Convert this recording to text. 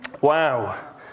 Wow